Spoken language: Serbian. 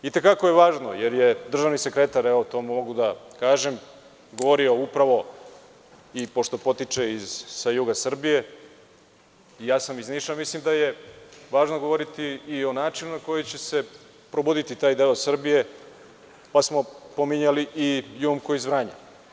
I te kako je važno, jer je državni sekretar, to mogu da kažem, govorio upravo, pošto potiče sa juga Srbije, ja sam iz Niša, govoriti o načinu na koji će se probuditi taj deo Srbije, pa smo pominjali i „Jumko“ iz Vranja.